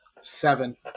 Seven